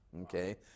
Okay